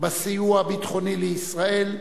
בסיוע הביטחוני לישראל,